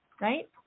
right